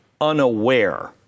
unaware